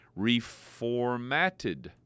reformatted